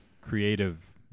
creative